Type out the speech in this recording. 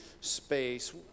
space